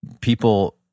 people